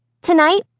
Tonight